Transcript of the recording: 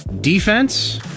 defense